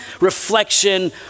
reflection